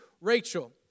Rachel